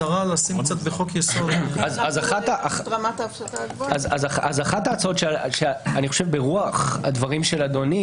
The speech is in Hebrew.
האחרונים אני חושב שזה ברוח דבריו של אדוני